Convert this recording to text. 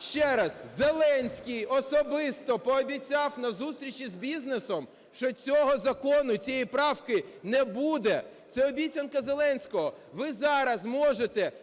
Ще раз, Зеленський особисто пообіцяв на зустрічі з бізнесом, що цього закону і цієї правки не буде, це обіцянка Зеленського. Ви зараз можете,